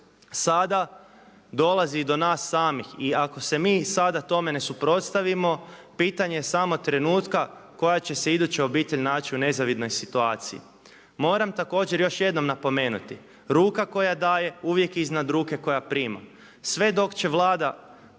sada dolazi i do nas samih. I ako se mi sada tome ne suprotstavimo pitanje je samo trenutka koja će se iduća obitelj naći u nezavidnoj situaciji. Moram također još jednom napomenuti ruka koja daje uvijek je iznad ruke koja prima. Sve dok će Vlada